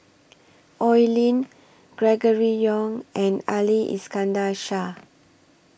Oi Lin Gregory Yong and Ali Iskandar Shah